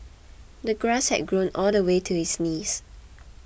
the grass had grown all the way to his knees